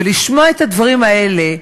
ולשמוע את הדברים האלה,